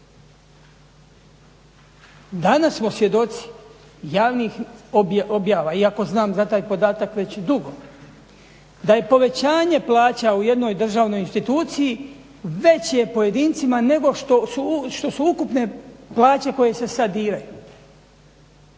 Danas smo svjedoci javnih objava, iako znam za taj podatak već dugo da je povećanje plaća u jednoj državnoj instituciji veće pojedincima nego što su ukupne plaće koje se sad diraju.